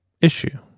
issue